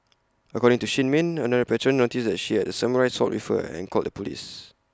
according to shin min another patron noticed that she had A samurai sword with her and called the Police